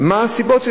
מה הסיבות?